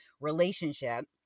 relationship